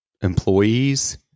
employees